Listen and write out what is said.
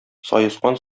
саескан